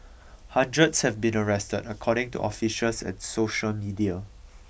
hundreds have been arrested according to officials and social media